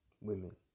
women